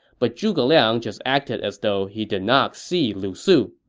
but zhuge liang just acted as though he did not see lu su